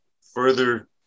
further